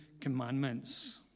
commandments